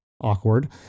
awkward